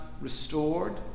restored